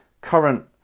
current